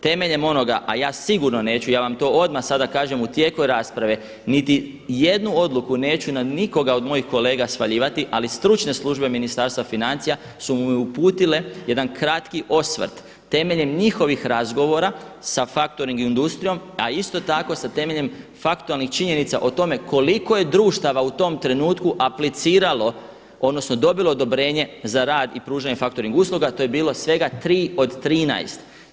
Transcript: Temeljem onoga, a ja sigurno neću, ja vam to odmah sada kažem u tijeku rasprave, niti jednu odluku neću na nikoga od mojih kolega svaljivati, ali stručne službe Ministarstva financija su mi uputile jedan kratki osvrt temeljem njihovih razgovora sa faktoring industrijom, a isto tako sa temeljem faktualnih činjenica o tome koliko je društava u tom trenutku apliciralo odnosno dobilo odobrenje za rad i pružanje faktoring usluga, to je bilo svega tri od 13.